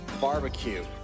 barbecue